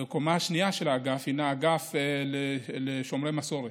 קומה שנייה של האגף היא האגף לשומרי מסורת,